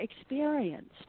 experienced